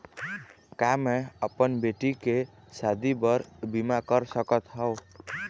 का मैं अपन बेटी के शादी बर बीमा कर सकत हव?